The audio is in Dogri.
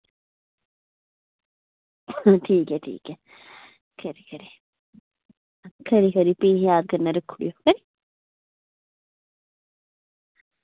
ठीक ऐ ठीक ऐ खरी खरी खरी खरी फ्ही याद कन्नै रक्खी ओड़ेओ खरी